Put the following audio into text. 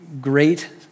great